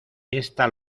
esta